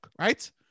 Right